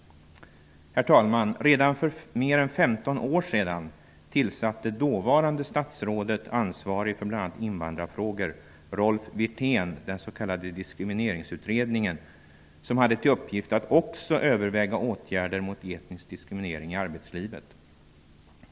Herr talman! Redan för mer än 15 år sedan tillsatte dåvarande statsrådet, ansvarig för bl.a. diskrimineringsutredningen, som hade till uppgift att också överväga åtgärder mot etnisk diskriminering i arbetslivet.